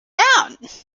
out